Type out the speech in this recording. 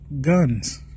guns